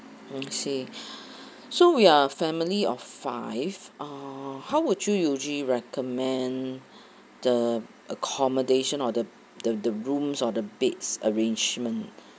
I see so we are family of five uh how would do you usually recommend the accommodation or the the the rooms or the beds arrangement